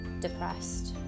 depressed